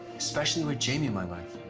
especially with jaime in my life.